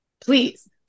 please